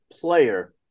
player